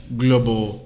global